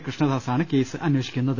കൃഷ്ണദാസാണ് case അന്വേഷിക്കുന്നത്